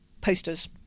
posters